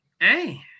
Hey